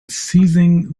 seizing